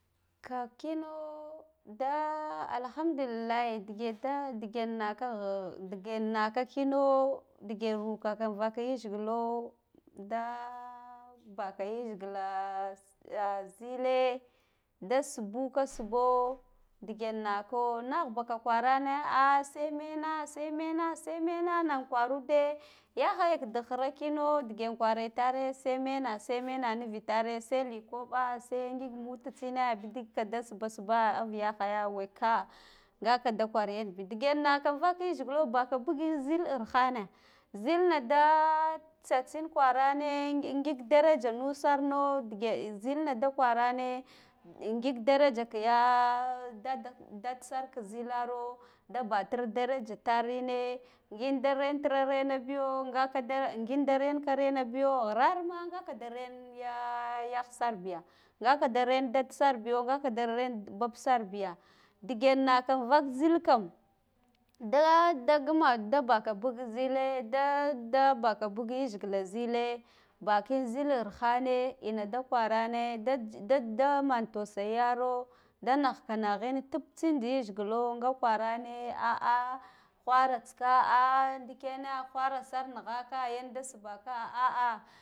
Ka kino daa alhamdulillah dige da diga nak ghh digenaka kino dige rukaka anbvak yazgilo daa baka yazgila zile da shuka sbo dige nako nagh baka kwarana ahh sai mena, saimena, saimenana kwarude yahaya ka dighiwa kino dige kwara itare saimena saimena nuvitare sai likoɓa sai ngig muta tsina bidik ka da sba, sba av yahaya weklaa ngaka da kwar yanbi ndige naka vak yazgilo baka bugin zil arhane zil da tsatsin kwarane ngig daraja nusa arno dige, zilna da kwarane ngig daraja kiga da daddasar kk zilare da baɗa daraja tarine ngin da rentra rena biya ngaka da ngin da renka renabiyo ghira ma ngaka da ren yaa yahsarbiya ngaka da ren daddsarbiyo ngada ren babbsabiya dige naka vak zil kam daa, da nguma da baka bug zile da da baka bug yizgila zile baka bugin zil irhane ina da kwarane da j dadd da man taiyaro da nahka naghin tabtsin da yizgilo nga kwarane ahh whara tsika ahh ndikena whara sar nighaka yan da sba ka ahh ahh